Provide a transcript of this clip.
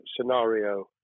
scenario